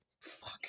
Fuck